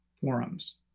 forums